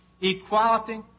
equality